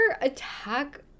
attack